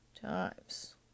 times